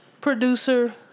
producer